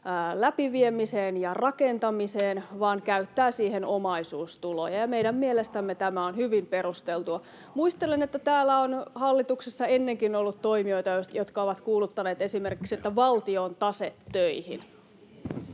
läpiviemiseen ja rakentamiseen vaan käyttää siihen omaisuustuloja, [Vesa Kallio: Sama asia!] ja meidän mielestämme tämä on hyvin perusteltua. Muistelen, että täällä on hallituksessa ennenkin ollut toimijoita, jotka ovat kuuluttaneet esimerkiksi, että ”valtion tase töihin”.